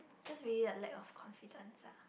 just really like lack of confidence ah